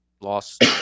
lost